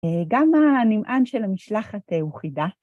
גם הנמען של המשלחת הוא חידה.